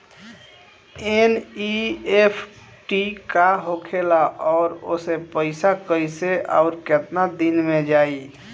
NEFT का होखेला और ओसे पैसा कैसे आउर केतना दिन मे जायी?